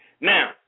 Now